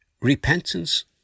Repentance